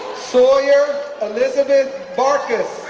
sawyer elizabeth barkas,